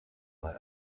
bei